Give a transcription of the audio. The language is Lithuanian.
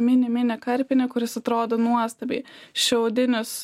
mini mini karpinį kuris atrodo nuostabiai šiaudinis